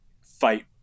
fight